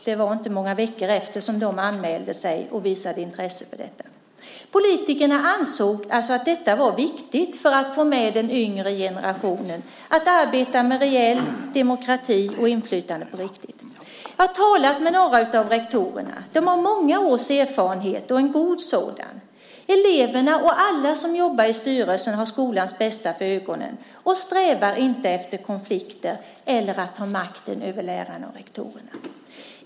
Det var inte många veckor därefter som skolorna anmälde sig och visade intresse för detta. Politikerna ansåg alltså att det för att få med den yngre generationen var viktigt att arbeta med reell demokrati och inflytande på riktigt. Jag har talat med några av rektorerna. De har många års erfarenhet, och en god sådan. Eleverna och alla som jobbar i styrelsen har skolans bästa för ögonen och strävar inte efter konflikter eller efter att ta makten över lärarna och rektorerna.